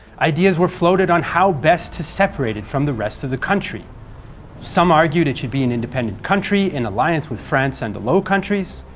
ideas were floated on how best to separate it from the rest of the country some argued it should be an independent country in alliance with france and the low countries,